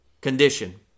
condition